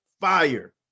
fire